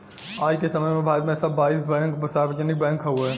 आज के समय में भारत में सब बाईस बैंक सार्वजनिक बैंक हउवे